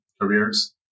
careers